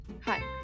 Hi